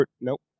nope